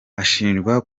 ashinjwa